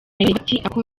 yongeyeho